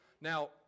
Now